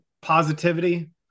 positivity